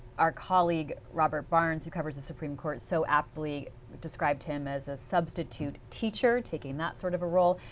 our colleague robert barnes who covers the supreme court so aptly described him as a substitute teacher taking that sort of a role.